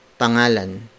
Pangalan